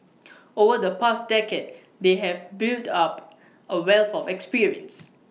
over the past decade they have built up A wealth of experience